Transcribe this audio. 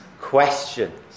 questions